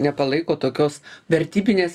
nepalaiko tokios vertybinės